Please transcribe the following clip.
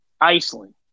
Iceland